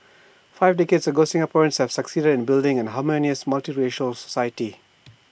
five decades ago Singaporeans have succeeded in building A harmonious multiracial society